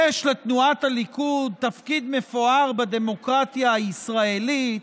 יש לתנועת הליכוד תפקיד מפואר בדמוקרטיה הישראלית,